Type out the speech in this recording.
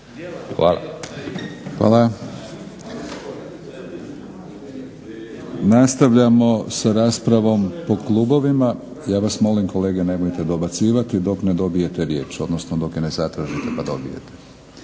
(HNS)** Nastavljamo sa raspravom po klubovima. Ja vas molim kolege nemojte dobacivati dok ne dobijete riječ odnosno dok je ne zatražite pa dobite.